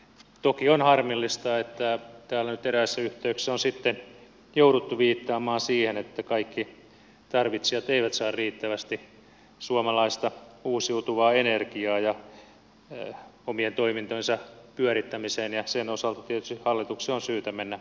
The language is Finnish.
toki on harmillista että täällä nyt eräissä yhteyksissä on jouduttu viittaamaan siihen että kaikki tarvitsijat eivät saa riittävästi suomalaista uusiutuvaa energiaa omien toimintojensa pyörittämiseen ja sen osalta tietysti hallituksen on syytä mennä itseensä